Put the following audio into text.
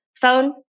phone